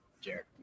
Jared